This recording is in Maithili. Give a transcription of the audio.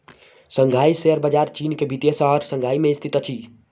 शंघाई शेयर बजार चीन के वित्तीय शहर शंघाई में स्थित अछि